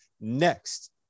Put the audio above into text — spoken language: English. next